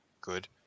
good